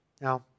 Now